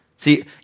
See